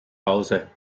hause